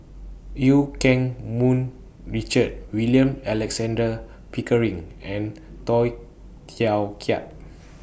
EU Keng Mun Richard William Alexander Pickering and Tay Teow Kiat